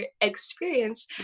experience